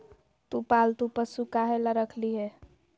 तु पालतू पशु काहे ला रखिली हें